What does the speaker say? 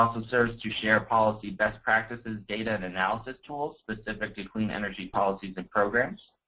um serve to share policy best practices, data, and analysis tools specific to clean energy policies and programs.